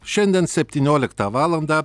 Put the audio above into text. šiandien septynioliktą valandą